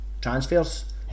transfers